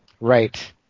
Right